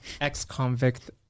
ex-convict